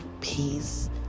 peace